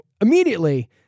immediately